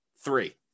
three